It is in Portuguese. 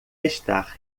estar